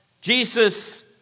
Jesus